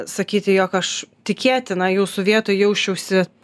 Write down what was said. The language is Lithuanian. sakyti jog aš tikėtina jūsų vietoje jausčiausi